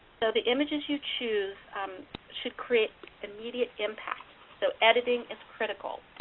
so the images you choose should create immediate impact, so editing is critical.